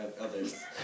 others